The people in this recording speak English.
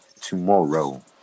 tomorrow